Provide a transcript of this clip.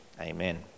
amen